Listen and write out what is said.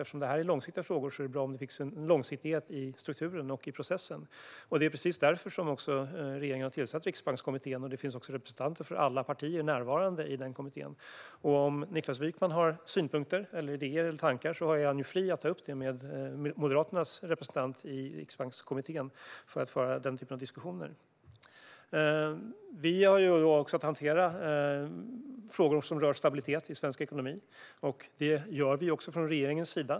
Eftersom det här är långsiktiga frågor är det bra om det finns en långsiktighet i strukturen och processen. Det är precis därför regeringen har tillsatt Riksbankskommittén. Det finns representanter för alla partier närvarande i den kommittén. Om Niklas Wykman har synpunkter, idéer eller tankar är han fri att ta upp dem med Moderaternas representant i Riksbankskommittén för att föra den typen av diskussioner. Vi har även att hantera frågor som rör stabiliteten i svensk ekonomi. Det gör vi också från regeringens sida.